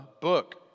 book